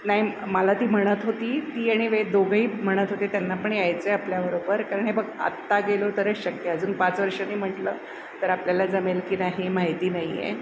नाही मला ती म्हणत होती ती आणि वेद दोघेही म्हणत होते त्यांना पण यायचं आहे आपल्याबरोबर कारण हे बघ आत्ता गेलो तरच शक्य आहे अजून पाच वर्षांनी म्हटलं तर आपल्याला जमेल की नाही हे माहिती नाही आहे